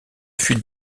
fuite